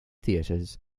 theaters